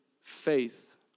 faith